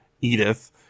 Edith